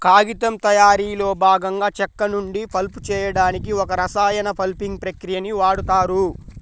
కాగితం తయారీలో భాగంగా చెక్క నుండి పల్ప్ చేయడానికి ఒక రసాయన పల్పింగ్ ప్రక్రియని వాడుతారు